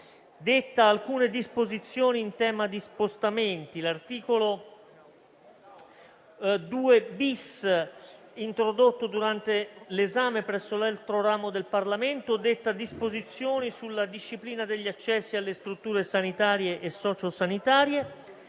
detta alcune disposizioni in tema di spostamenti. L'articolo 2-*bis,* introdotto durante l'esame presso l'altro ramo del Parlamento, detta disposizioni sulla disciplina degli accessi alle strutture sanitarie e socio-sanitarie.